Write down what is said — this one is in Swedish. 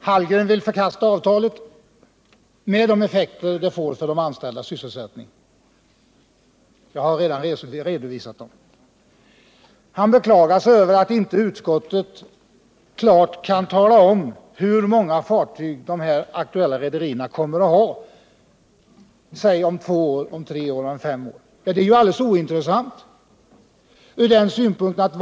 Herr talman! Karl Hallgren vill förkasta avtalet med de effekter det får för de anställdas sysselsättning. Jag har redan redovisat dem. Han beklagar sig över att inte utskottet klart kan tala om hur många fartyg de aktuella rederierna kommer att ha t.ex. om två, tre eller fem år. Men det är ju alldeles ointressant.